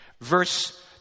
Verse